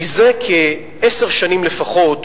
מזה כעשר שנים לפחות,